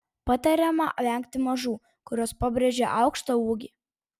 patariama vengti mažų kurios pabrėžia aukštą ūgį